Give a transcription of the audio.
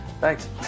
thanks